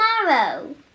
tomorrow